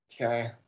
Okay